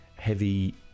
heavy